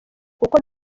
kuko